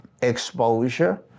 exposure